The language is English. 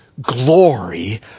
glory